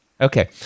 Okay